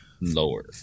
lower